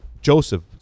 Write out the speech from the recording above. Joseph